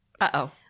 Uh-oh